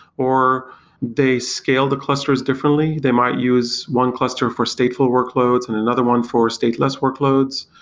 or they scale the clusters differently. they might use one cluster for stateful workloads and another one for stateless workloads.